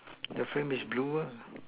the frame is blue ah